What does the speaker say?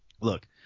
look